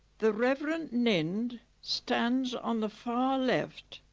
the reverend nind stands on the far left.